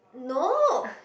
no